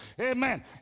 Amen